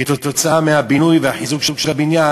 כתוצאה מהבינוי והחיזוק של הבניין